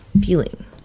feeling